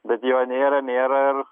bet jo nėra nėra ir